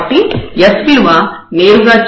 కాబట్టి s విలువ నేరుగా 0 అవుతుంది